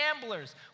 gamblers